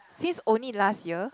since only last year